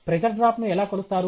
pressure drop ను ఎలా కొలుస్తారు